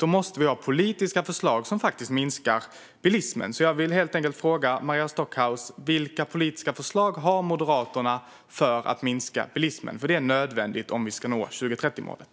Då måste vi ha politiska förslag som minskar bilismen. Jag vill därför fråga Maria Stockhaus vilka politiska förslag Moderaterna har för att minska bilismen, vilket är nödvändigt om vi ska nå 2030-målet.